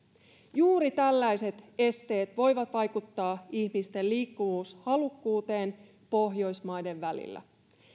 juuri tällaiset esteet voivat vaikuttaa ihmisten liikkuvuushalukkuuteen pohjoismaiden välillä